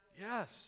Yes